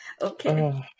okay